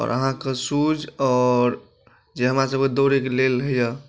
आओर अहाँके शूज आओर जे हमरा सबके दौड़ैके लेल होइए